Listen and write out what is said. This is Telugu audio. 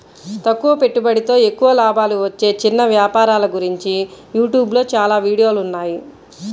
తక్కువ పెట్టుబడితో ఎక్కువ లాభాలు వచ్చే చిన్న వ్యాపారాల గురించి యూట్యూబ్ లో చాలా వీడియోలున్నాయి